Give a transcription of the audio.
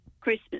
Christmas